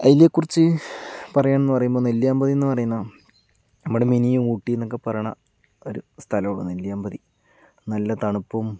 അതിനെക്കുറിച്ച് പറയണമെന്നു പറയുമ്പോൾ നെല്ലിയാമ്പതിയെന്നു പറയുന്ന നമ്മുടെ മിനി ഊട്ടിയെന്നൊക്കെ പറയണ ഒരു സ്ഥലമാണ് നെല്ലിയാമ്പതി നല്ല തണുപ്പും